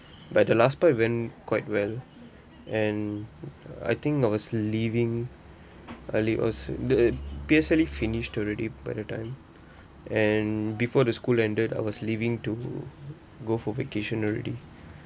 but the last part went quite well and I think I was leaving early uh the P_S_L_E finished already by the time and before the school ended I was leaving to go for vacation already